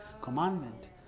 commandment